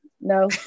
no